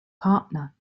partner